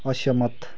असहमत